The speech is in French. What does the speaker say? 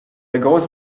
grosse